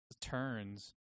turns